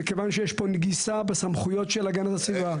מכיוון שיש פה נגיסה בסמכויות של הגנת הסביבה.